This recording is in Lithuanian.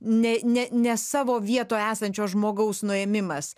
ne ne ne savo vietoj esančio žmogaus nuėmimas